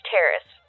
Terrace